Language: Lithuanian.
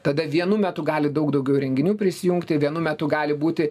tada vienu metu gali daug daugiau įrenginių prisijungti vienu metu gali būti